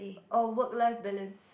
oh work life balance